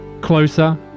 closer